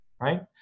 right